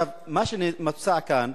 מה שמוצע כאן,